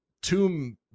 Tomb